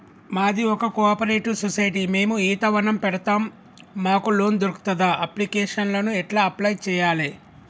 మాది ఒక cooperative society మేము ఈత వనం పెడతం మాకు లోన్ దొర్కుతదా? అప్లికేషన్లను ఎట్ల అప్లయ్ చేయాలే?